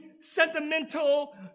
sentimental